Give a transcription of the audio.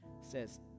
says